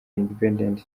independent